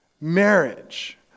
marriage